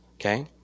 Okay